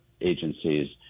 agencies